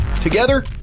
Together